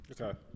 Okay